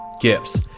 gifts